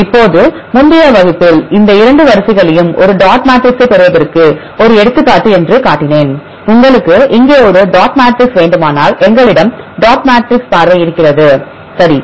இப்போது முந்தைய வகுப்பில் இந்த 2 வரிசைகளையும் ஒரு டாட் மேட்ரிக்ஸைப் பெறுவதற்கு ஒரு எடுத்துக்காட்டு என்று காட்டினேன் உங்களுக்கு இங்கே ஒரு டாட் மேட்ரிக்ஸ் வேண்டுமானால் எங்களிடம் டாட் மேட்ரிக்ஸ் பார்வை இருக்கிறது சரி